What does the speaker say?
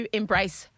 embrace